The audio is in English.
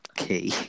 Okay